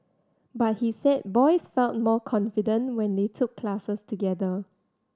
but he said boys felt more confident when they took classes together